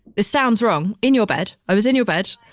this sounds wrong, in your bed. i was in your bed,